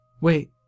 Wait